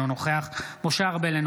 אינו נוכח משה ארבל,